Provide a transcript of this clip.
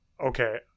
Okay